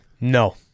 No